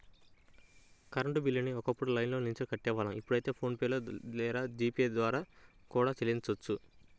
current బిల్లుని ఒకప్పుడు లైన్లో నిల్చొని కట్టేవాళ్ళం ఇప్పుడైతే ఫోన్ పే లేదా జీ పే ద్వారా కూడా చెల్లించొచ్చు